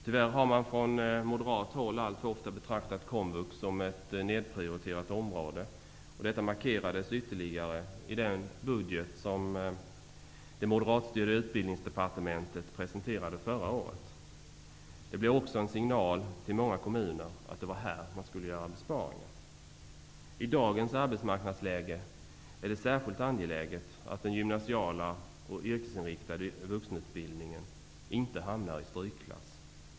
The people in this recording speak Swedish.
Tyvärr har man från moderat håll alltför ofta betraktat komvux som ett nedprioriterat område. Detta markerades ytterligare i den budget som det moderatstyrda Utbildningsdepartementet presenterade förra året. Det blev också en signal till många kommuner om att det var på detta område besparingar skulle göras. I dagens arbetsmarknadsläge är det särskilt angeläget att den gymnasiala och yrkesinriktade vuxenutbildningen inte hamnar i strykklass.